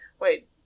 Wait